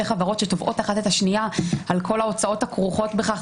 חברות שתובעות אחת את השנייה על כל ההוצאות הכרוכות בכך,